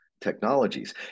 technologies